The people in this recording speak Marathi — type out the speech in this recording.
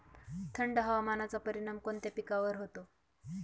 थंड हवामानाचा परिणाम कोणत्या पिकावर होतो?